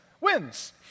wins